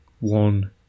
one